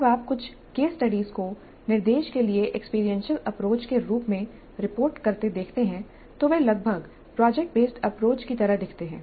जब आप कुछ केस स्टडीज को निर्देश के लिए एक्सपीरियंशियल अप्रोच के रूप में रिपोर्ट करते देखते हैं तो वे लगभग प्रोजेक्ट बेसड अप्रोच की तरह दिखते हैं